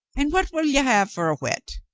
and what will you have for a whet?